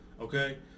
Okay